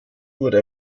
wurde